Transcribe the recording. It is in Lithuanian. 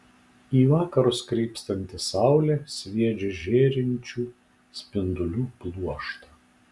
į vakarus krypstanti saulė sviedžia žėrinčių spindulių pluoštą